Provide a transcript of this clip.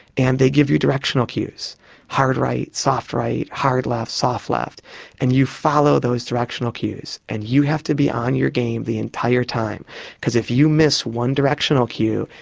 and they give you directional cues hard right, soft right, hard left, soft left and you follow those directional cues, and you have to be on your game the entire time because if you miss one directional cue,